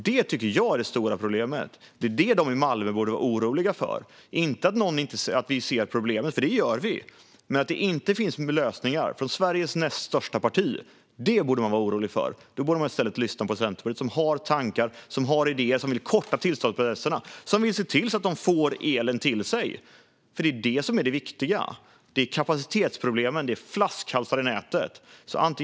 Det tycker jag är det stora problemet, och det är det de i Malmö borde vara oroliga för - inte att vi inte ser problemen, för det gör vi, utan att det inte finns lösningar från Sveriges näst största parti. Det borde man vara orolig för. Och då borde man i stället lyssna på Centerpartiet som har tankar och idéer, vill korta tillståndsprocesserna och se till att man får elen till sig. Det är det som är det viktiga. Det är kapacitetsproblemen, flaskhalsar i nätet, som det handlar om.